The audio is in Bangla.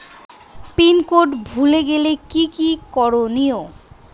পিন কোড ভুলে গেলে কি কি করনিয়?